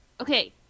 Okay